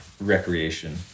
recreation